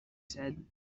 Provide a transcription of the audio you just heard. said